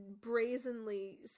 brazenly